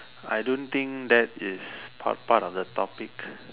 I don't think that is part part of the topic